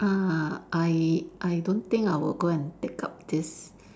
ah I I don't think I will go and take up this